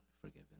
forgiven